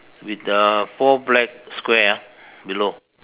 with the four black square ah below